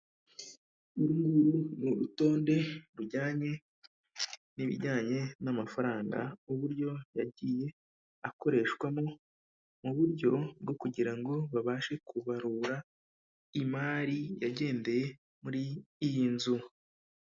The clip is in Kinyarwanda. Uru nguru ni urutonde rujyanye n'ibijyanye n'amafaranga uburyo yagiye akoreshwamo, mu buryo bwo kugira ngo babashe kubarura imari yagendeye muri iyi nzu.